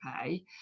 pay